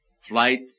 flight